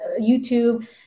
YouTube